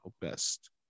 best